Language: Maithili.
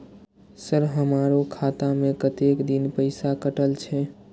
सर हमारो खाता में कतेक दिन पैसा कटल छे?